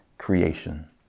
creation